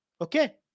Okay